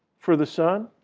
for the sun